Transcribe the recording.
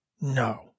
No